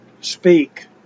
speak